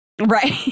Right